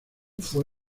fue